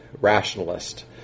rationalist